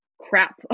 crap